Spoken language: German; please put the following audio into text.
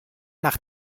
nach